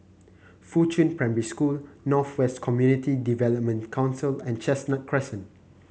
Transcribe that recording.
Fuchun Primary School North West Community Development Council and Chestnut Crescent